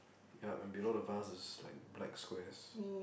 yup and below the vase is like black squares